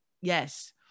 Yes